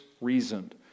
reasoned